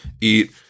eat